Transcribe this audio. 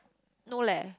no leh